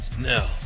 No